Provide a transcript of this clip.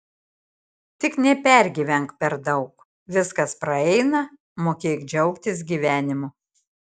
tik nepergyvenk per daug viskas praeina mokėk džiaugtis gyvenimu